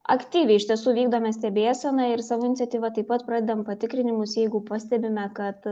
aktyviai iš tiesų vykdome stebėseną ir savo iniciatyva taip pat pradedam patikrinimus jeigu pastebime kad